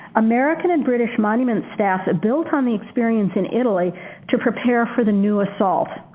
american and british monument staff built on the experience in italy to prepare for the new assault.